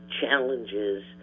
challenges